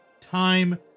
Time